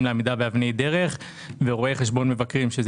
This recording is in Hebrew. שזה